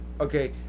okay